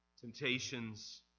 Temptations